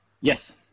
Yes